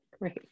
Great